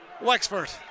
Wexford